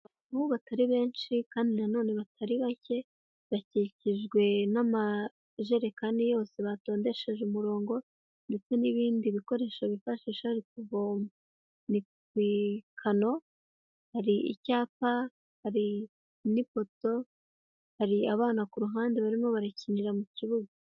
Ahubwo batari benshi kandi na none batari bake bakikijwe n'amajerekani yose batondesheje umurongo ndetse n'ibindi bikoresho bifashisha barikuvomavo, hari icyapa ,hari n'ipoto ,hari abana ku ruhande barimo barakinira mu kibuga.